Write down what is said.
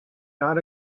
not